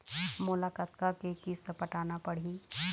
मोला कतका के किस्त पटाना पड़ही?